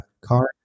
car